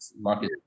market